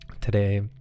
Today